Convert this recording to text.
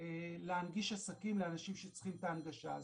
להנגיש עסקים לאנשים שצריכים את ההנגשה הזו.